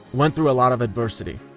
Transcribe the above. went through a lot of adversity.